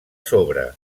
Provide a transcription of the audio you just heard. sobre